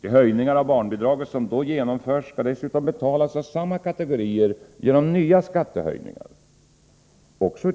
De höjningar av barnbidraget som då genomförs skall dessutom betalas av samma kategorier — även